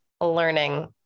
learning